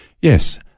Yes